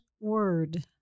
word